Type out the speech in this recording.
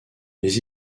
les